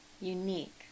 unique